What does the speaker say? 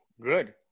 good